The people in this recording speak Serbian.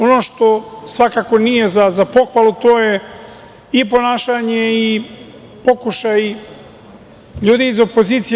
Ono što svakako nije za pohvalu to je i ponašanje i pokušaj ljudi iz opozicije…